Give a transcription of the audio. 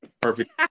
Perfect